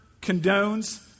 condones